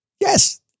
Yes